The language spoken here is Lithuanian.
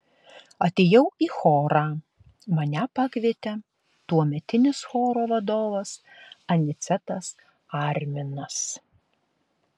atėjau į chorą mane pakvietė tuometinis choro vadovas anicetas arminas